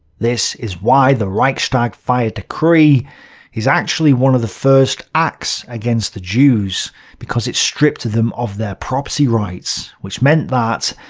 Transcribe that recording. this is why the reichstag fire decree is actually one of the first acts against the jews because it stripped them of their property rights, which meant that,